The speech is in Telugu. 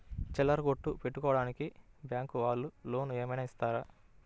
చిల్లర కొట్టు పెట్టుకోడానికి బ్యాంకు వాళ్ళు లోన్ ఏమైనా ఇస్తారా?